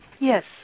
Yes